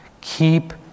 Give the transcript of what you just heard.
Keep